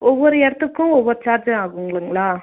ஒவ்வொரு இடத்துக்கும் ஒவ்வொரு சார்ஜி ஆகுங்களா